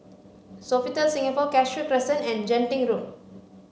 Sofitel Singapore Cashew Crescent and Genting Road